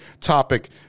topic